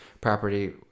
property